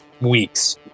weeks